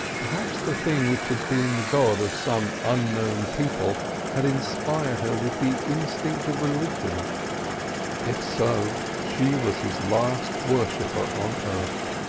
perhaps the thing which had been the god of some unknown people had inspired her with the instinct of religion if so, she was his last worshipper on earth,